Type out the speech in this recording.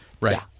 right